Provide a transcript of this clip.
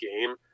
game